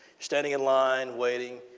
standing in line, waiting.